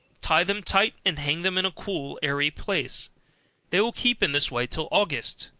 tie them tight, and hang them in a cool airy place they will keep in this way till august,